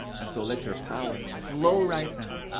and so, let your power flow right now